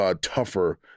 tougher